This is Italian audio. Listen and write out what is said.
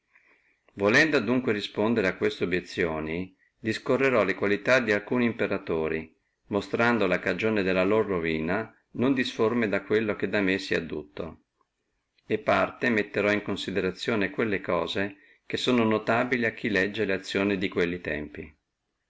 tanto rispondere a queste obiezioni discorrerò le qualità di alcuni imperatori monstrando le cagioni della loro ruina non disforme da quello che da me si è addutto e parte metterò in considerazione quelle cose che sono notabili a chi legge le azioni di quelli tempi